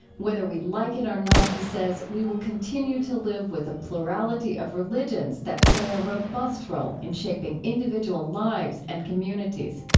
whether we like it or not, he says, we will continue to live with a plurality of religions that play a robust role in shaping individual lives and communities.